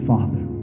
Father